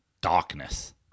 Darkness